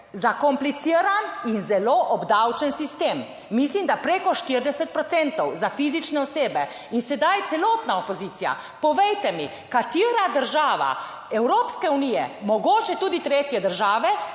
zakompliciran in zelo obdavčen sistem, mislim, da preko 40 procentov za fizične osebe in sedaj celotna opozicija, povejte mi, katera država Evropske unije, mogoče tudi tretje države,